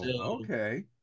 okay